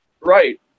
Right